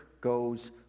goes